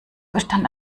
bestand